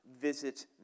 visit